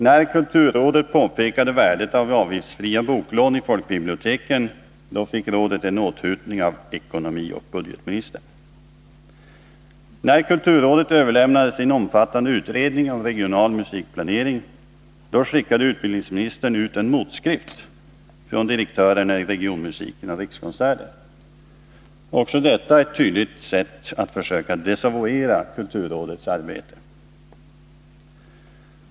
När kulturrådet påpekade värdet av avgiftsfria boklån i folkbiblioteket — då fick rådet en åthutning av ekonomioch budgetministern. När kulturrådet överlämnade sin omfattande utredning om regional musikplanering — då skickade utbildningsministern ut en motskrift från direktörerna i Regionmusiken och Rikskonserter — också detta ett tydligt sätt att försöka desavouera kulturrådets arbete.